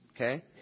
Okay